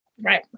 Right